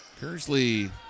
Kersley